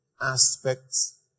aspects